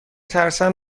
ترسم